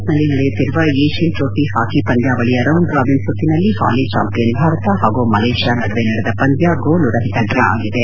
Oman ನ Muscat ನಲ್ಲಿ ನಡೆಯುತ್ತಿರುವ ಏಷ್ಯನ್ ಟ್ರೋಫಿ ಹಾಕಿ ಪಂದ್ವಾವಳಿಯ ರೌಂಡ್ ರಾಬಿನ್ ಸುತ್ತಿನಲ್ಲಿ ಪಾಲಿ ಚಾಂಪಿಯನ್ ಭಾರತ ಹಾಗೂ ಮಲೇಷ್ತಾ ನಡುವೆ ನಡೆದ ಪಂದ್ಯ ಗೋಲುರಹಿತ ಡ್ರಾ ಆಗಿದೆ